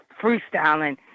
freestyling